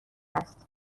هست